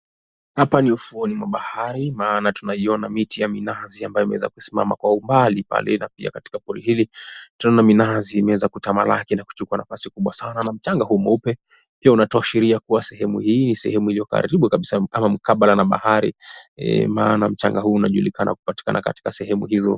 Hapa ni ufuoni mwa bahari maana tunaiona miti ya minazi ambayo imeweza kusimama kwa umbali pale na pia katika pori hili tunaona minazi imeweza kutamalaki na kuchukua nafasi kubwa sana na mchanga huu mweupe pia unatuashiria kuwa sehemu hii ni sehemu iliyo karibu kabisa ama mkabala na bahari maana mchanga huu unajulikana kupatikana katika sehemu hizo.